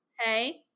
Hey